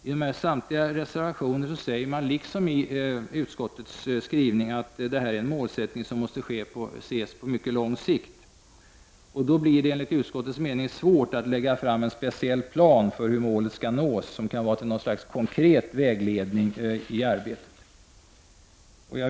I samtliga reservationer säger man, och det gäller också utskottets skrivning, att det här är en målsättning som gäller på mycket lång sikt. Då blir det enligt utskottets mening svårt att lägga fram en speciell plan för hur målet kan nås som kan vara en konkret vägledning i arbetet.